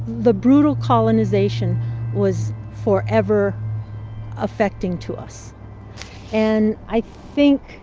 the brutal colonization was forever affecting to us and i think